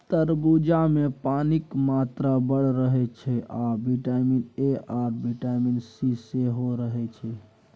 तरबुजामे पानिक मात्रा बड़ रहय छै आ बिटामिन ए आ बिटामिन सी सेहो रहय छै